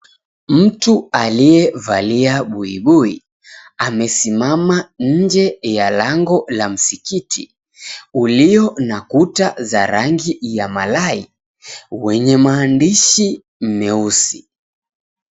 Mtu aliyevalia buibui, amesimama nje ya lango la msikiti, ulio na kuta za rangi ya malai, wenye maandishi meusi.